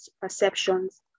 perceptions